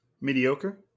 Mediocre